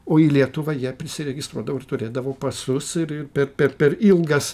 o į lietuvą jie prisiregistruodavo ir turėdavo pasus ir ir per per ilgas